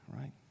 right